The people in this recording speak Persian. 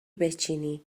بچینی